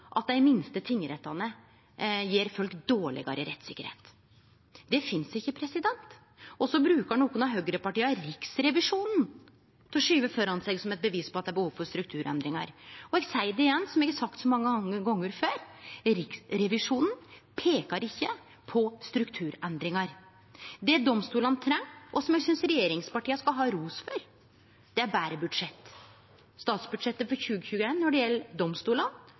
at dei minste tingrettane gjev folk dårlegare rettssikkerheit. Det finst ikkje. Og så skuvar nokre av høgrepartia Riksrevisjonen framfor seg som eit bevis på at det er behov for strukturendringar. Eg seier igjen, som eg har sagt så mange gonger før: Riksrevisjonen peiker ikkje på strukturendringar. Det domstolane treng, og som eg synest regjeringspartia skal ha ros for, er betre budsjett. Statsbudsjettet for 2021 når det gjeld